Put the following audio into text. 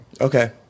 Okay